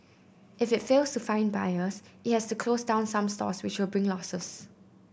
if it fails to find buyers it has to close down some stores which will bring losses